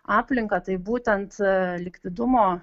aplinką tai būtent likvidumo